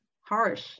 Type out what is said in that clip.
harsh